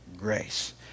grace